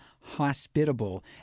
hospitable